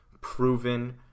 proven